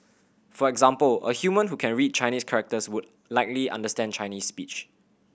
for example a human who can read Chinese characters would likely understand Chinese speech